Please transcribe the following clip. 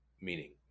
meaning